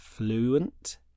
fluent